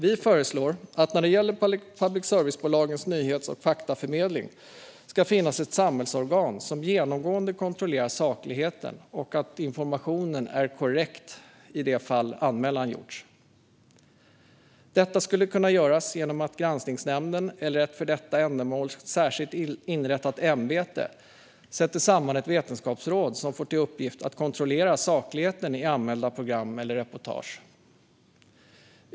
Vi föreslår att det när det gäller public service-bolagens nyhets och faktaförmedling ska finnas ett samhällsorgan som genomgående kontrollerar sakligheten och att informationen är korrekt i de fall en anmälan gjorts. Detta skulle kunna göras genom att granskningsnämnden - eller ett för detta ändamål särskilt inrättat ämbete - sätter samman ett vetenskapsråd som får till uppgift att kontrollera sakligheten i anmälda program eller reportage.